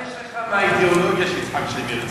אבל מה יש לך מהאידיאולוגיה של יצחק שמיר?